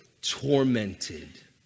tormented